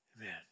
Amen